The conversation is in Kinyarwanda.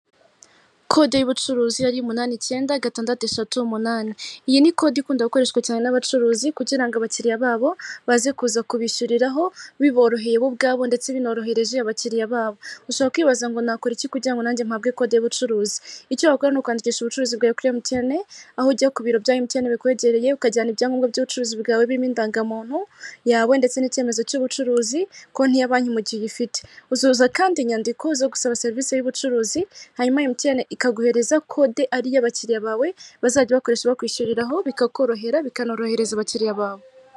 Kode y'ubucuruzi yari umunani icyenda gatandatu eshatu umunani. Iyi ni kode ikundakoreshwa cyane n'abacuruzi kugira ngo abakiliriya babo baze kuza kubishyuriraho biboroheye bo ubwabo ndetse binorohereje abakiriya babo ushobora kwibaza ngo nakora ikijyan nanjye mpabwe ikode y'ubucuruzi icyo wakora ni ukandisha ubucuruzi bwa chlemtne aho ujya kuro byakene bikwegereye ukajyana ibyangombwa by'ubucuruzi bwawe birimo indangamuntu yawe ndetse n'icyemezo cy'ubucuruzi konti ya banki umuki ifite uzuzuza kandi inyandiko zo gusaba serivisi y'ubucuruzi hanyuma imikene ikaguhereza kode ari iyoabakiriya bawe bazajya bakoresha bakwishyuriraho bikakorohera bikanorohereza abakiriya bawe.